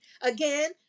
Again